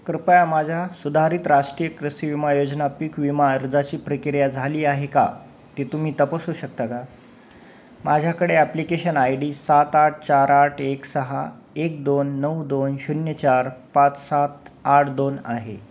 कृपया माझ्या सुधारित राष्ट्रीय कृषी विमा योजना पीक विमा अर्जाची प्रक्रिया झाली आहे का ते तुम्ही तपासू शकता का माझ्याकडे ॲप्लिकेशन आय डी सात आठ चार आठ एक सहा एक दोन नऊ दोन शून्य चार पाच सात आठ दोन आहे